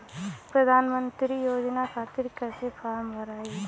प्रधानमंत्री योजना खातिर कैसे फार्म भराई?